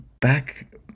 back